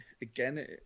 Again